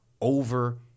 over